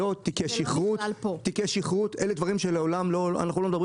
אני רוצה להיטיב איתו, אני לא רוצה לפגוע